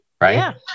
Right